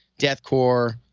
deathcore